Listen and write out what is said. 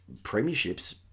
premierships